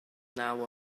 naw